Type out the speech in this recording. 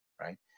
right